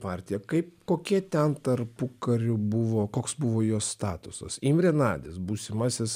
partija kaip kokie ten tarpukariu buvo koks buvo jos statusas imrė nadis būsimasis